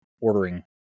ordering